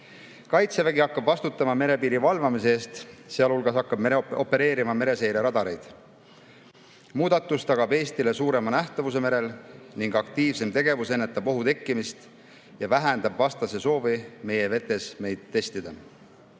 Kaitsevägi hakkab vastutama merepiiri valvamise eest, sealhulgas opereerima mereseire radareid. Muudatus tagab Eestile suurema nähtavuse merel ning aktiivsem tegevus ennetab ohu tekkimist ja vähendab vastase soovi meie vetes meid testida.